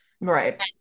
Right